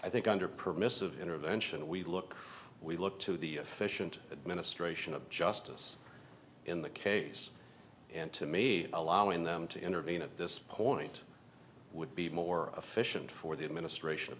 i think under permissive intervention we look we look to the efficient ministration of justice in the case and to me allowing them to intervene at this point would be more efficient for the administration